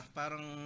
parang